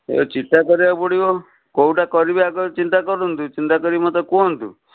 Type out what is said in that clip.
ଏ ଚିଠା କରିବାକୁ ପଡ଼ିବ କେଉଁଟା କରିବେ ଆଗ ଚିନ୍ତା କରନ୍ତୁ ଚିନ୍ତା କରିକି ମୋତେ କୁହନ୍ତୁ